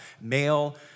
male